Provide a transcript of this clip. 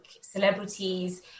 celebrities